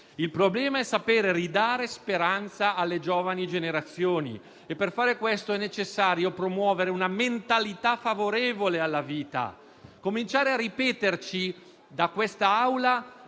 questione è sapere ridare speranza alle giovani generazioni e per fare questo è necessario promuovere una mentalità favorevole alla vita. Bisogna cominciare a ripetere in questa Aula,